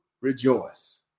rejoice